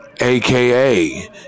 aka